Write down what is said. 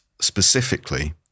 specifically